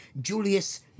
Julius